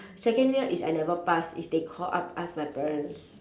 second year is I never pass is they call up ask my parents